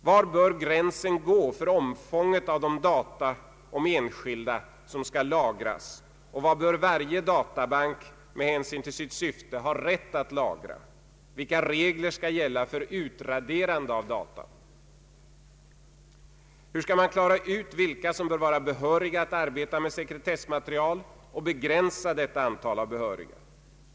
Var bör gränsen gå för omfånget av de data om enskilda som skall lagras, och vad bör varje databank, med hänsyn till sitt syfte, ha rätt att lagra? Vilka regler skall gälla för utraderande av data? Hur skall man klara ut vilka som bör vara behöriga att arbeta med sekretessmaterial och begränsa antalet behöriga?